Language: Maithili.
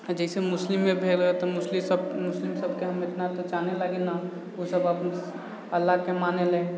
जैसे मुस्लिम मे भेल मुस्लिम सब मुस्लिम सबके हम इतना तऽ जानय लागी ना ओसब अपन अल्लाह के माने ला